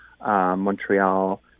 Montreal